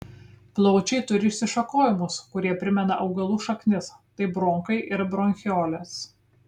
plaučiai turi išsišakojimus kurie primena augalų šaknis tai bronchai ir bronchiolės